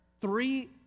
three